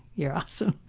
you're awesome!